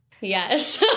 Yes